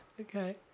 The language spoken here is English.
Okay